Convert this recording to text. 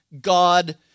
God